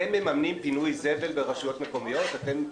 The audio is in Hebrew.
אתם מממנים פינוי אשפה ברשויות המקומיות?